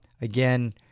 Again